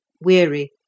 Weary